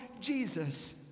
Jesus